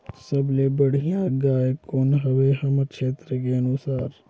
सबले बढ़िया गाय कौन हवे हमर क्षेत्र के अनुसार?